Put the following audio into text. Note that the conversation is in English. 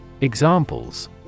Examples